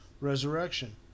resurrection